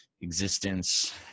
existence